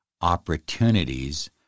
opportunities